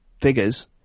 figures